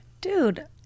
dude